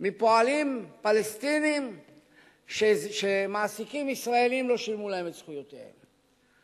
מפועלים פלסטינים שמעסיקים ישראלים לא שילמו להם את זכויותיהם.